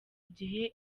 gihe